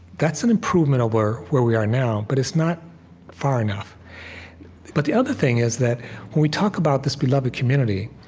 that's an improvement over where we are now, but it's not far enough but the other thing is that when we talk about this beloved community,